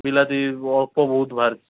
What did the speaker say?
ବିଲାତି ଅଳ୍ପ ବହୁତ ବାହାରିଛି